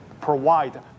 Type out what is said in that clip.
provide